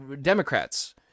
Democrats